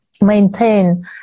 maintain